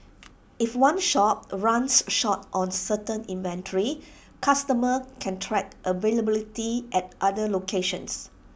if one shop runs short on certain inventory customers can track availability at other locations